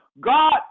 God